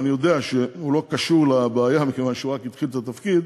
ואני יודע שהוא לא קשור לבעיה מכיוון שהוא רק התחיל את התפקיד,